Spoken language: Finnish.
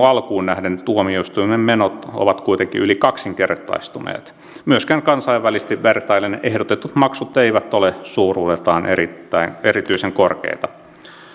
alkuun nähden tuomioistuimien menot ovat yli kaksinkertaistuneet myöskään kansainvälisesti vertaillen ehdotetut maksut eivät ole suuruudeltaan erityisen korkeita